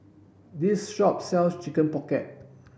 this shop sells chicken pocket